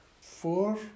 four